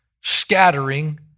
scattering